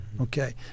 Okay